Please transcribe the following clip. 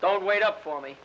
don't wait up for me